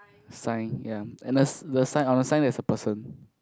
sign ya and the si~ the sign on the sign there's a person